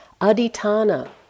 aditana